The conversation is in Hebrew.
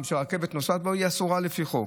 שהרכבת נוסעת בו היא אסורה לפי חוק.